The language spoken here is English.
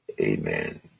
Amen